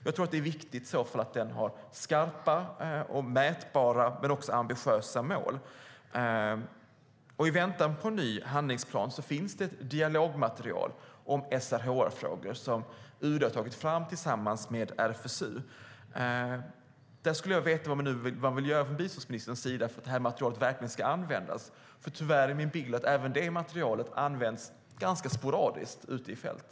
Jag tror att det är viktigt att den har skarpa och mätbara men också ambitiösa mål. I väntan på en ny handlingsplan finns ett dialogmaterial om SRHR-frågor som UD har tagit fram tillsammans med RFSU. Jag skulle vilja veta vad biståndsministern vill göra för att materialet verkligen ska användas. Tyvärr är min bild att även detta material använd ganska sporadiskt ute i fält.